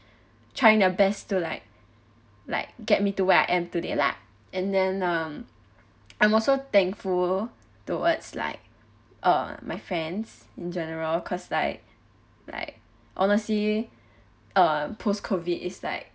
trying their best to like like get me to where I am today lah and then um I'm also thankful towards like uh my friends in general cause like like honestly uh post COVID is like